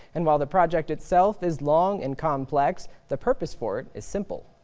and while the project itself is long and complex, the purpose for it is simple.